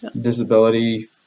disability